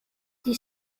die